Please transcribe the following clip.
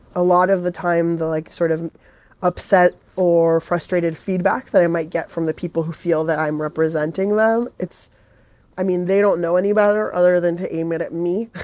a lot of the time, the, like, sort of upset or frustrated feedback that i might get from the people who feel that i'm representing them it's i mean, they don't know any better other than to aim it at me.